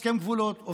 הסכם גבולות,